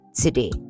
today